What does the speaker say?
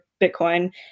bitcoin